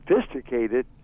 sophisticated